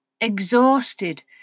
exhausted